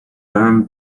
firm